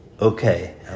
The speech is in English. Okay